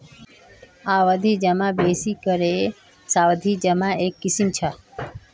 आवर्ती जमा बेसि करे सावधि जमार एक किस्म छ